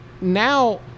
now